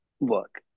look